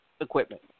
equipment